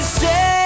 say